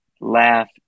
laugh